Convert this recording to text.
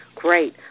Great